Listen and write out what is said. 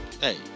hey